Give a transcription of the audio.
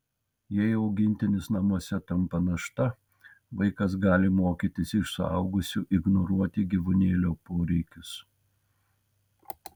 jei augintinis namuose tampa našta vaikas gali mokytis iš suaugusių ignoruoti gyvūnėlio poreikius